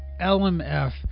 lmf